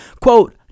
Quote